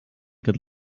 could